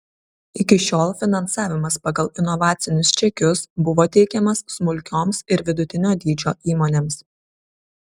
iki šiol finansavimas pagal inovacinius čekius buvo teikiamas smulkioms ir vidutinio dydžio įmonėms